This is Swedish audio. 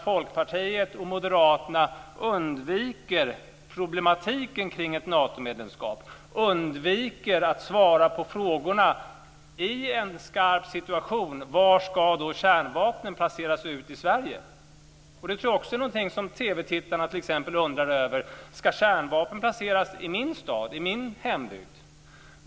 Folkpartiet och Moderaterna undviker nämligen problematiken kring ett Natomedlemskap. De undviker att svara på frågor om vad som ska ske i en skarp situation. Var ska då kärnvapnen placeras ut i Sverige? Jag tror att också det är något som TV-tittarna undrar över. Ska kärnvapen placeras ut i deras stad eller i deras hembygd?